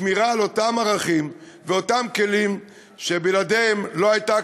שמירה על אותם ערכים ואותם כלים שבלעדיהם לא הייתה